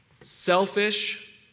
selfish